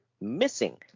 missing